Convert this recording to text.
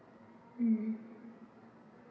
mm